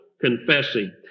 confessing